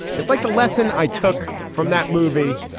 it's like the lesson i took from that movie.